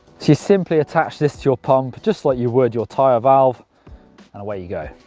so you simply attach this to a pump, just like you would your tyre valve, and away you go.